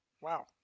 Wow